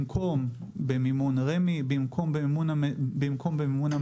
במקום במימון רמ"י ובמקום במימון המדינה,